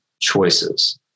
choices